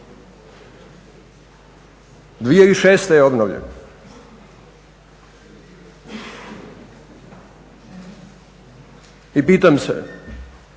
2006. je obnovljen. I pitam se